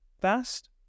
fast